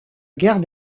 guerre